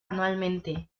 anualmente